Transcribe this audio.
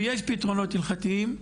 ויש פתרונות הלכתיים,